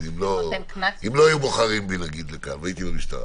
אם לא היו בוחרים בי לכאן והייתי במשטרה